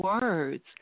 words